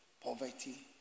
poverty